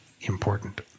important